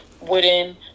wooden